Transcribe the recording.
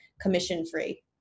commission-free